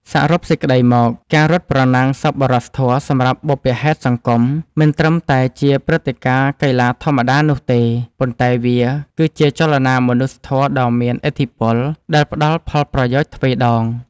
សរុបសេចក្ដីមក ការរត់ប្រណាំងសប្បុរសធម៌សម្រាប់បុព្វហេតុសង្គម មិនត្រឹមតែជាព្រឹត្តិការណ៍កីឡាធម្មតានោះទេ ប៉ុន្តែវាគឺជា ចលនាមនុស្សធម៌ដ៏មានឥទ្ធិពល ដែលផ្តល់ផលប្រយោជន៍ទ្វេដង។